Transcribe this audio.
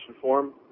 form